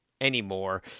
anymore